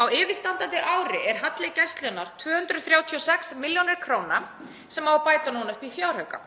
Á yfirstandandi ári er halli Gæslunnar 236 millj. kr. sem á að bæta núna upp í fjárauka.